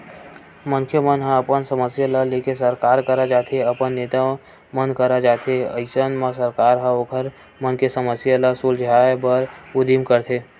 मनखे मन ह अपन समस्या ल लेके सरकार करा जाथे अपन नेता मन करा जाथे अइसन म सरकार ह ओखर मन के समस्या ल सुलझाय बर उदीम करथे